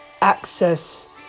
access